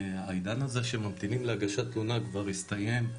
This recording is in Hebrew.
העידן הזה שממתינים להגשת תלונה הסתיים,